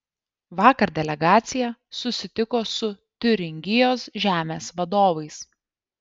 vakar delegacija susitiko su tiuringijos žemės vadovais